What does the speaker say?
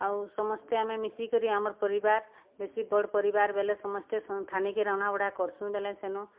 ଆଉ ସମସ୍ତେ ଆମେ ମିଶିକରି ଆମର୍ ପରିବାର୍ ବେଶୀ ବଡ଼୍ ପରିବାର୍ ବେଲେ ସମସ୍ତେ ଠାନେକେ ରନ୍ଧାବଢ଼ା କର୍ସୁଁ ବେଲେ ସେନୁ